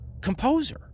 composer